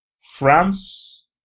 France